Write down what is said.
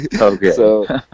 Okay